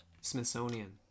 Smithsonian